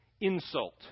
insult